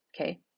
Okay